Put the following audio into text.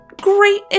great